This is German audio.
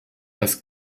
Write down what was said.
dass